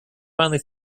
finally